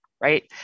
right